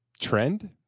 trend